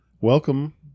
welcome